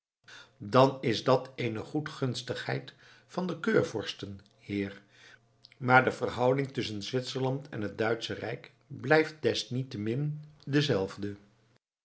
dan is dat eene goedgunstigheid van de keurvorsten heer maar de verhouding tusschen zwitserland en het duitsche rijk blijft desniettemin dezelfde